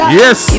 yes